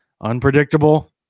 unpredictable